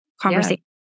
conversation